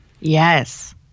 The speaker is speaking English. Yes